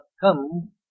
come